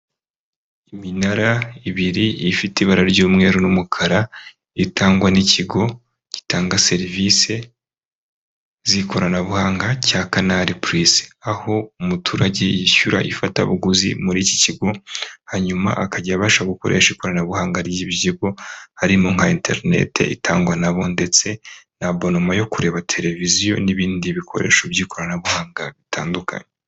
Iminara ibiri ifite ibara ry'umweru n'umukara itangwa n'ikigo gitanga serivisi z'ikoranabuhanga cya Kanari purisi, aho umuturage yishyura ifatabuguzi muri iki kigo hanyuma akajya abasha gukoresha ikoranabuhanga ry'iki kigo harimo nka interneti itangwa nabo ndetse na abonoma yo kureba televiziyo n'ibindi bikoresho by'ikoranabuhanga bitandukanye.